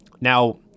now